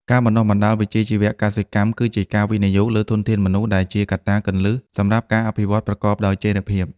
ការបណ្តុះបណ្តាលវិជ្ជាជីវៈកសិកម្មគឺជាការវិនិយោគលើធនធានមនុស្សដែលជាកត្តាគន្លឹះសម្រាប់ការអភិវឌ្ឍប្រកបដោយចីរភាព។